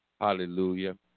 hallelujah